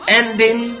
ending